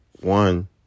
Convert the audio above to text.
One